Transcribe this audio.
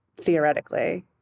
theoretically